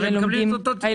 הרי הם מקבלים את אותו תקצוב,